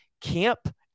camp